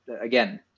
Again